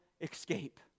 escape